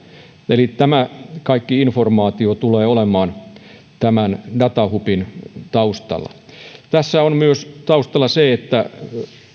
eli tämä kaikki informaatio tulee olemaan tämän datahubin taustalla tässä on taustalla myös se että